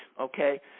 Okay